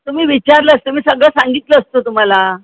तुम्ही विचारलं असतं मी सगळं सांगितलं असतं तुम्हाला